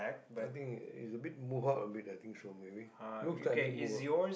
I think it is is a bit move out a bit I think so maybe looks like a bit move out